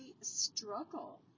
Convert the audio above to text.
struggle